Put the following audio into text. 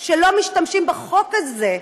שלא משתמשים בחוק הזה,